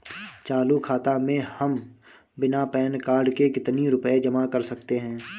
चालू खाता में हम बिना पैन कार्ड के कितनी रूपए जमा कर सकते हैं?